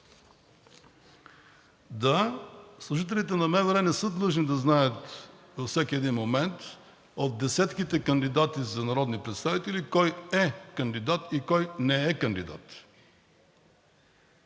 Да, служителите на МВР не са длъжни да знаят във всеки един момент от десетките кандидати за народни представители кой е кандидат и кой не е кандидат.